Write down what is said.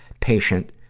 patient,